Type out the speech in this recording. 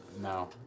No